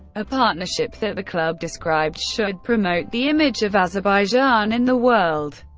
a partnership that the club described should promote the image of azerbaijan in the world.